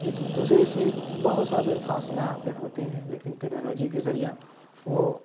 ایک دوسرے سے بہت زیادہ فاصلہ پہ ہوتے ہیں لیکن ٹیکنالوجی کے ذریعہ وہ